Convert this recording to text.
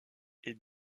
est